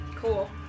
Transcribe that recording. cool